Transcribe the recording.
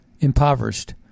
Impoverished